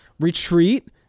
retreat